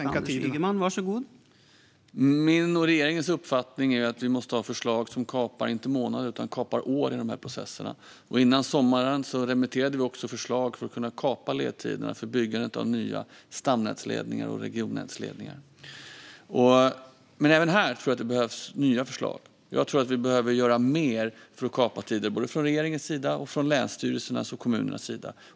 Fru talman! Min och regeringens uppfattning är att vi måste ha förslag som kapar inte månader utan år i de här processerna. Före sommaren remitterade vi också förslag för att kunna kapa ledtiderna för byggandet av nya stamnätsledningar och regionnätsledningar. Även här tror jag att det behövs nya förslag. För att kapa tider behöver vi göra mer från såväl regeringens som länsstyrelsernas och kommunernas sida.